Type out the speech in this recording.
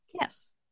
Yes